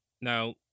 Now